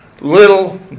Little